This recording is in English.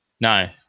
No